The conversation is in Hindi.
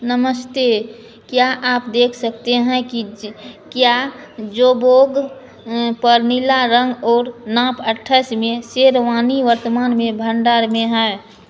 नमस्ते क्या आप देख सकते हैं कि क्या जोबोग पर नीला रंग और नाप अट्ठाइस में शेरवानी वर्तमान में भण्डार में है